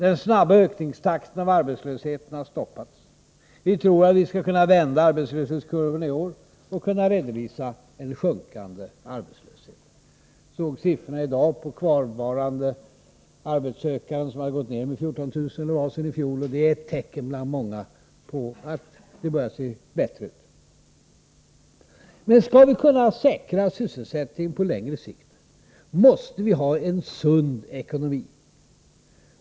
Den snabba ökningstakten när det gäller arbetslösheten har stoppats. Vi tror att vi skall kunna vända arbetslöshetskurvorna i år och kunna redovisa en sjunkande arbetslöshet. Jag såg i dag siffrorna på kvarvarande arbetssökande som gått ned med 14 000 sedan i fjol, och det är ett tecken bland många på att det börjar se bättre ut. Men skall vi kunna säkra sysselsättningen på längre sikt måste vi ha en sund ekonomi.